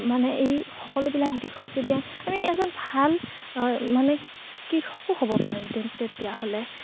মানে এই সকলোবিলাক দিশত যদি আমি আমি এজন ভাল মানে কৃষকো হ'ব পাৰোঁ তেন তেতিয়া হ'লে